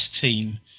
team